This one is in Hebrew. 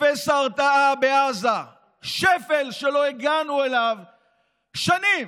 אפס הרתעה בעזה, שפל שלא הגענו אליו שנים.